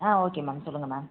ஆ okay ma'am சொல்லுங்கள் ma'am